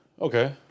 Okay